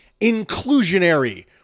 inclusionary